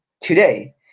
today